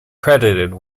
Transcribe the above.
credited